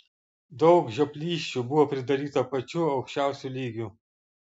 daug žioplysčių buvo pridaryta pačiu aukščiausiu lygiu